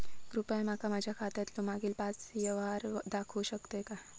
कृपया माका माझ्या खात्यातलो मागील पाच यव्हहार दाखवु शकतय काय?